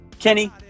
Kenny